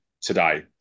today